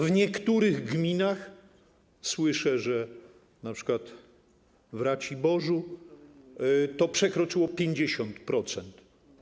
W niektórych gminach słyszę, np. w Raciborzu, że przekroczyło to 50%.